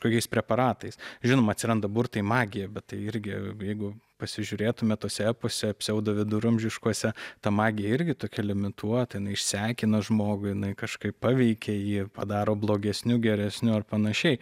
kokiais preparatais žinoma atsiranda burtai magija bet tai irgi jeigu pasižiūrėtume tuose epuose pseudoviduramžiškuose ta magija irgi tokia limituota jinai išsekina žmogui jinai kažkaip paveikia jį padaro blogesniu geresniu ar panašiai